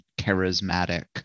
charismatic